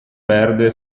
verde